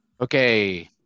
Okay